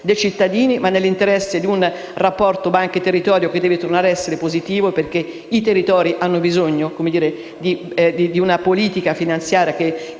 dei cittadini e di un rapporto tra banche e territorio, che deve tornare ad essere positivo perché i territori hanno bisogno di una politica finanziaria che